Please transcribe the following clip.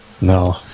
No